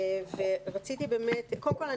קודם כול,